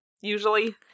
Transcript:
usually